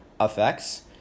effects